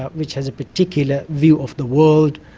ah which has a particular view of the world,